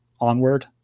onward